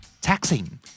Taxing